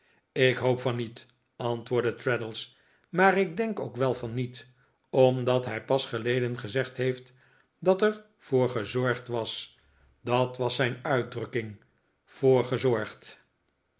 ik hoop van niet antwoordde traddles maar ik denk ook wel van niet omdat hij pas geleden gezegd heeft dat er voor gezorgd was dat was zijn uitdrukking voor gezorgd